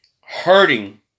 hurting